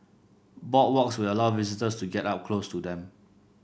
boardwalks will allow visitors to get up close to them